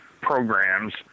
programs